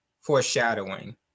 foreshadowing